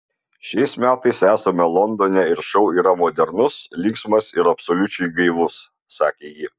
šiais metais esame londone ir šou yra modernus linksmas ir absoliučiai gaivus sakė ji